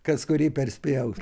kas kurį perspjaus